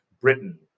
Britain